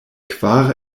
kvar